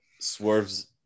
swerves